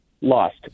lost